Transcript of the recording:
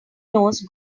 nose